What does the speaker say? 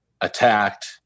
attacked